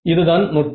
இதுதான் நுட்பம்